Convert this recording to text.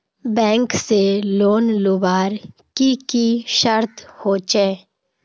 Bank से loan लुबार की की शर्त होचए?